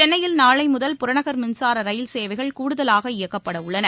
சென்னையில் நாளை முதல் புறநகர் மின்சார ரயில்சேவைகள் கூடுதலாக இயக்கப்படவுள்ளன